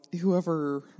whoever